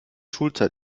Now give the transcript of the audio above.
schulzeit